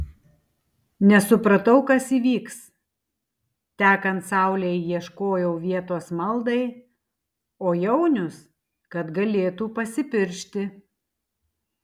nesupratau kas įvyks tekant saulei ieškojau vietos maldai o jaunius kad galėtų pasipiršti